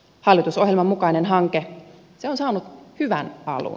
hallitusohjelman mukainen hanke on saanut hyvän alun